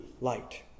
light